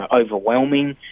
overwhelming